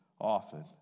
often